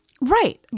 Right